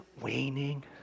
waning